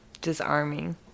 disarming